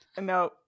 No